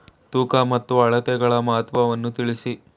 ತೂಕ ಮತ್ತು ಅಳತೆಗಳ ಮಹತ್ವವನ್ನು ತಿಳಿಸಿ?